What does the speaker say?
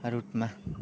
रुटमा